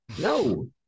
No